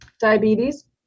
Diabetes